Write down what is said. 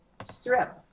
strip